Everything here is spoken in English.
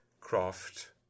croft